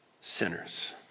sinners